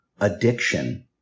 addiction